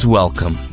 welcome